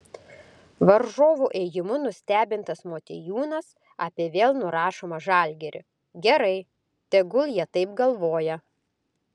varžovų ėjimų nustebintas motiejūnas apie vėl nurašomą žalgirį gerai tegul jie taip galvoja